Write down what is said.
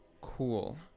cool